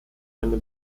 eine